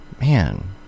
Man